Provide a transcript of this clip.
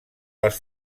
les